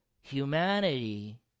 humanity